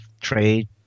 trade